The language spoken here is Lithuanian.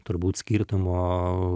turbūt skirtumo